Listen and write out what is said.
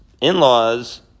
in-laws